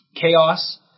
chaos